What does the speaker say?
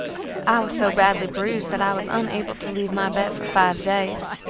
i was so badly bruised that i was unable to leave my bed for five days.